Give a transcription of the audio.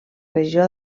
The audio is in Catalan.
regió